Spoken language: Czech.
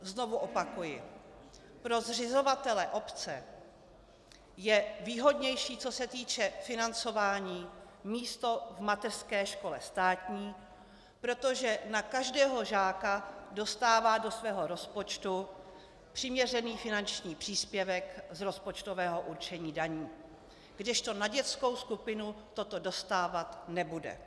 Znovu opakuji: Pro zřizovatele, obce, je výhodnější, co se týče financování, místo v mateřské škole státní, protože na každého žáka dostává do svého rozpočtu přiměřený finanční příspěvek z rozpočtového určení daní, kdežto na dětskou skupinu toto dostávat nebude.